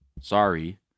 sorry